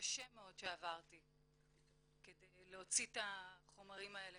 קשה מאוד שעברתי כדי להוציא את החומרים האלה